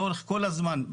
לאורך כל הזמן,